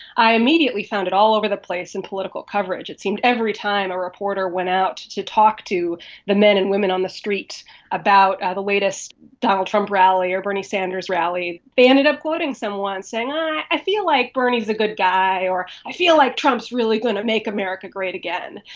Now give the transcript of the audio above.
i immediately found it all over the place in political coverage. it seemed every time a reporter went out to talk to the men and women on the street about the latest donald trump rally or bernie sanders rally, they ended up quoting someone saying, i i feel like bernie is a good guy or, i feel like trump is really going to make america great again.